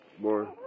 More